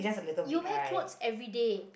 you wear clothes everyday